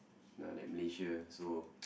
not like Malaysia so